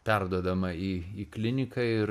perduodama į į kliniką ir